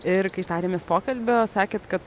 ir kai tarėmės pokalbio sakėt kad